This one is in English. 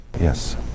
Yes